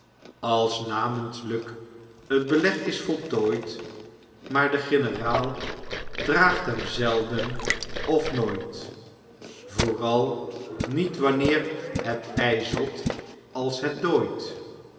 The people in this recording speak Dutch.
als namentlijk t beleg is voltooid maar de generaal draagt hem zelden of nooit vooral niet wanneer het ijzelt als het dooit